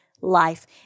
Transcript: life